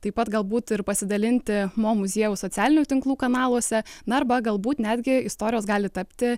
taip pat galbūt ir pasidalinti mo muziejaus socialinių tinklų kanaluose na arba galbūt netgi istorijos gali tapti